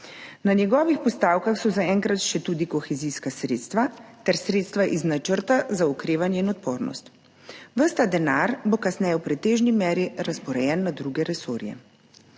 Na njegovih postavkah so zaenkrat še tudi kohezijska sredstva ter sredstva iz Načrta za okrevanje in odpornost. Ves ta denar bo kasneje v pretežni meri razporejen na druge resorje.